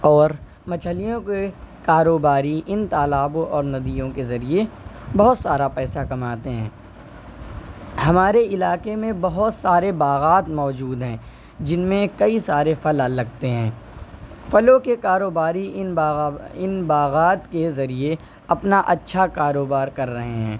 اور مچھلیوں کے کاروباری ان تالابوں اور ندیوں کے ذریعے بہت سارا پیسہ کماتے ہیں ہمارے علاقے میں بہت سارے باغات موجود ہیں جن میں کئی سارے پھل ال لگتے ہیں پھلوں کے کاروباری ان باغات کے ذریعے اپنا اچھا کاروبار کر رہے ہیں